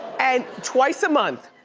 and twice a month.